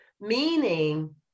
meaning